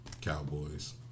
Cowboys